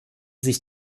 sich